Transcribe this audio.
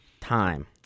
time